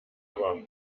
aber